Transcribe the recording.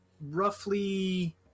roughly